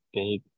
big